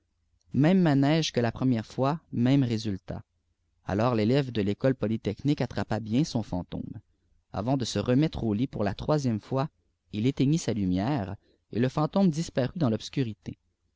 même manège que la première fois même résultat alors l'élève de l'ecde polytechnique attrapa bien son fantôme avant de se remettre au lit pour la troisième fois il éteignit sa lumière et le fantôme disparut dans l'obscurité